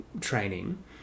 training